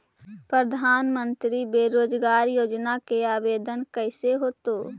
प्रधानमंत्री बेरोजगार योजना के आवेदन कैसे होतै?